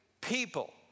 people